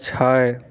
छै